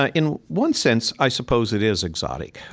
ah in one sense, i suppose it is exotic.